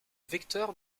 vecteur